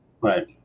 Right